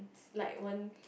slide one